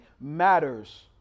matters